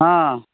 ᱦᱮᱸ